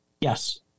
Yes